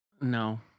no